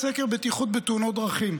סקר בטיחות בתאונות דרכים.